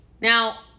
now